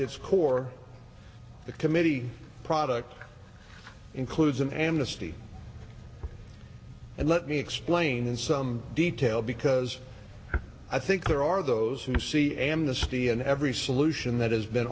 its core the committee product includes an amnesty and let me explain in some detail because i think there are those who see amnesty in every solution that has been